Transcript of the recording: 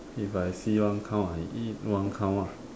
if I see one cow I eat one cow ah